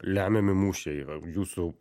lemiami mūšiai yra jūsų